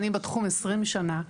אני בתחום 20 שנה.